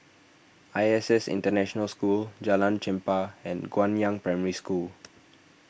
I S S International School Jalan Chempah and Guangyang Primary School